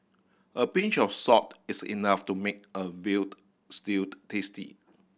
a pinch of salt is enough to make a veal stew tasty